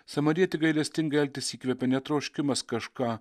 samarietį gailestingai elgtis įkvėpė ne troškimas kažką